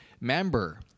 member